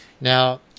Now